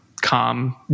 calm